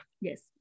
yes